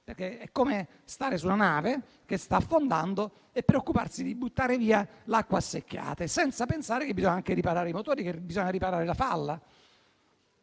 perché è come trovarsi su una nave che sta affondando e preoccuparsi di buttare via l'acqua a secchiate, senza pensare che bisogna anche riparare i motori, che bisogna riparare la falla.